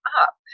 up